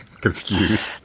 Confused